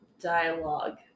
dialogue